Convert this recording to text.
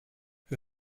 who